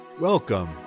Welcome